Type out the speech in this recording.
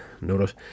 notice